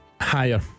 Higher